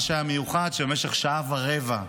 מה שהיה מיוחד הוא שבמשך שעה ורבע,